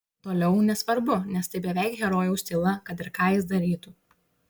toliau nesvarbu nes tai beveik herojaus tyla kad ir ką jis darytų